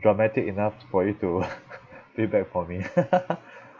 dramatic enough for you to feedback for me